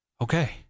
okay